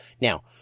Now